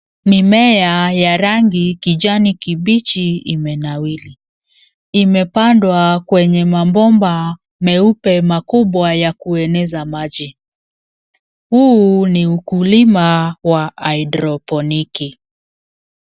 Mimea ya rangi kijani kibichi imenawiri. Imepandwa kwenye mabomba meupe makubwa ya kueneza maji, huu ni ukulima wa hydroponiki.